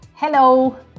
Hello